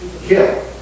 kill